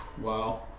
wow